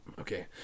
okay